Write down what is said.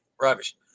Rubbish